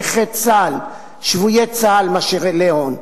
נכי צה"ל ושבויי צה"ל מאשר אילי הון,